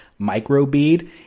microbead